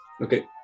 Okay